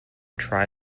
tri